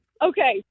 Okay